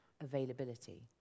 availability